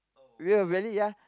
with a belly ya